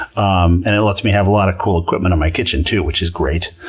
um and lets me have a lot of cool equipment in my kitchen too, which is great.